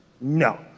No